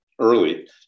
early